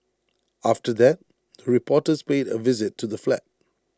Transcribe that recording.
after that the reporters paid A visit to the flat